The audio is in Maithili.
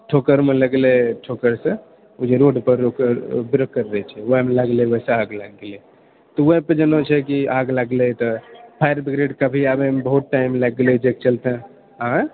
ठोकरमे लगलै ठोकरसँओ जे रोड पर ब्रेकर रहै छै ओएह मे लगलै ओएहसँ आगि लागि गेलै तुरत जेना छै कि आगि लागलै तऽ फायर ब्रिगेडके भी आबएमे बहुत टाइम लागि गेलै जाहिके चलते